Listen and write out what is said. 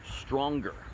stronger